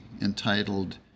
entitled